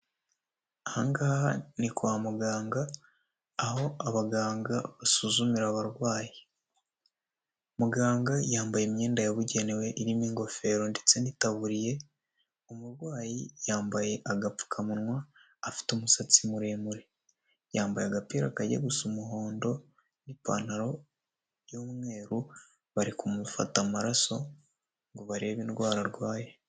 Aha ngaha ni kwa muganga aho abaganga basuzumira abarwayi. Muganga yambaye imyenda yabugenewe irimo ingofero ndetse n'itaburiye, umurwayi yambaye agapfukamunwa, afite umusatsi muremure. Yambaye agapira kajya gusa umuhondo n'ipantaro by'umweru, bari kumufata amaraso ngo barebe indwara arwaye.